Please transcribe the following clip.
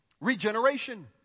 regeneration